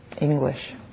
English